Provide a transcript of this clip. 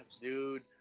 Dude